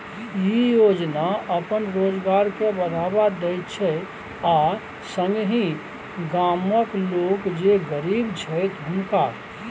ई योजना अपन रोजगार के बढ़ावा दैत छै आ संगहि गामक लोक जे गरीब छैथ हुनका